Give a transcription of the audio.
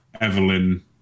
Evelyn